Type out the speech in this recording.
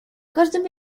każdym